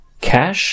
cash